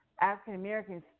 African-Americans